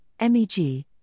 MEG